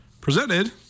Presented